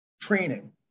training